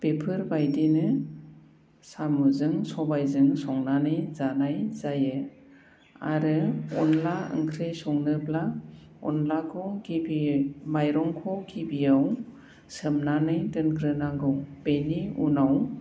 बेफोरबायदिनो साम'जों सबायजों संनानै जानाय जायो आरो अनला ओंख्रि संनोब्ला अनलाखौ गिबियै माइरंखौ गिबियाव सोमनानै दोनग्रोनांगौ बेनि उनाव